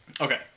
Okay